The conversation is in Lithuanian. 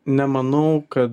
nemanau kad